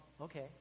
okay